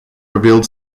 revealed